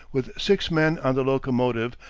with six men on the locomotive,